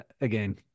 again